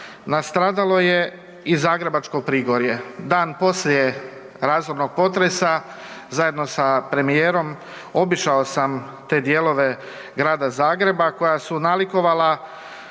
nastradalo je i zagrebačko Prigorje. Dan poslije razornog potresa, zajedno sa premijerom, obišao sam te dijelove grada Zagreba koja su nalikovala